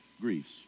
griefs